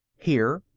here,